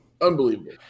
Unbelievable